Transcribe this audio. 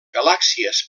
galàxies